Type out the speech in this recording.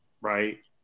Right